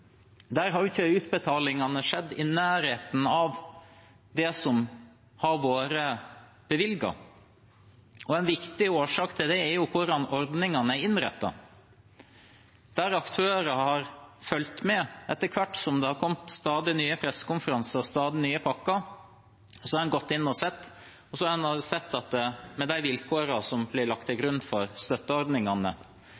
ikke har vært i nærheten av det som har vært bevilget. En viktig årsak til det er hvordan ordningene er innrettet. Flere aktører har fulgt med, og etter hvert som det har vært holdt stadig nye pressekonferanser og kommet stadig nye pakker, har en gått inn og sett på det og sett at med de vilkårene som ble lagt til